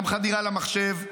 גם חדירה למחשב,